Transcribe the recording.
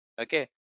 Okay